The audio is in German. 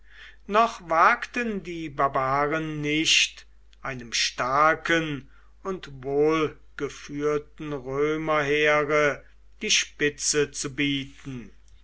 noch wagten die barbaren nicht einem starken und wohlgeführten römerheere die spitze zu bieten